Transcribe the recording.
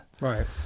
Right